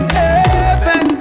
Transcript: heaven